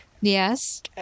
Yes